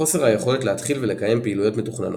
חוסר היכולת להתחיל ולקיים פעילויות מתוכננות.